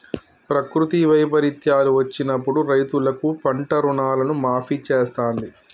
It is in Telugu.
ప్రకృతి వైపరీత్యాలు వచ్చినప్పుడు రైతులకు పంట రుణాలను మాఫీ చేస్తాంది